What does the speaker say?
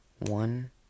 One